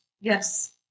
Yes